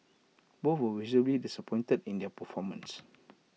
both were visibly disappointed in their performance